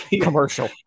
commercial